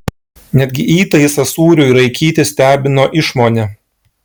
netgi įtaisas sūriui raikyti stebino išmone